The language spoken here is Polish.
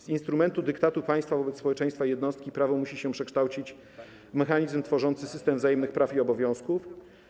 Z instrumentu dyktatu państwa wobec społeczeństwa i jednostki prawo musi się przekształcić w mechanizm tworzący system wzajemnych praw i obowiązków.